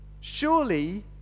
Surely